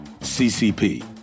CCP